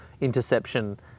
interception